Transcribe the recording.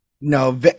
No